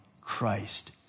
Christ